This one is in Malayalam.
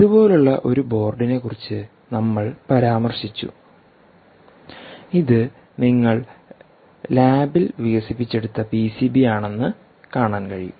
ഇതുപോലുള്ള ഒരു ബോർഡിനെക്കുറിച്ച് നമ്മൾ പരാമർശിച്ചു ഇത് ഞങ്ങൾ ലാബിൽ വികസിപ്പിച്ചെടുത്ത പിസിബി ആണെന്ന് നിങ്ങൾക്ക് കാണാൻ കഴിയും